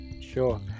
sure